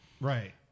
Right